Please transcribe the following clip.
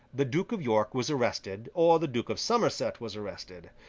the duke of york was arrested, or the duke of somerset was arrested.